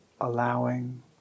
allowing